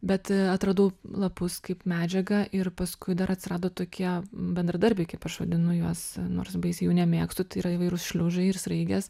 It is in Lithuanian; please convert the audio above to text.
bet atradau lapus kaip medžiagą ir paskui dar atsirado tokie bendradarbiai kaip aš vadinu juos nors baisiai jų nemėgstu tai yra įvairūs šliužai ir sraigės